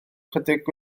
ychydig